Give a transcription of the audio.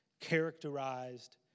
characterized